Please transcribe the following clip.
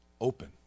open